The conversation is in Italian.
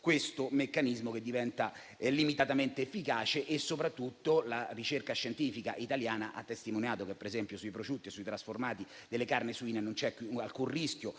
questo meccanismo diventa limitatamente efficace. Soprattutto la ricerca scientifica italiana ha testimoniato che, per esempio sui prosciutti e sui trasformati delle carni suine, non c'è più alcun rischio